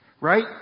Right